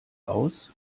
aus